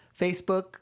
Facebook